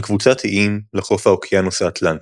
על קבוצת איים לחוף האוקיינוס האטלנטי.